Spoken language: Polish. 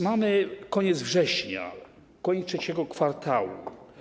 Mamy koniec września, koniec III kwartału.